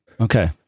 okay